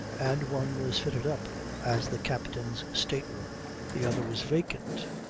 and one was fitted up as the captain's state-room. the other was vacant,